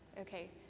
Okay